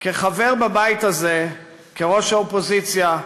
כחבר בבית הזה, כראש האופוזיציה,